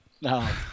No